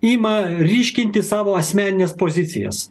ima ryškinti savo asmenines pozicijas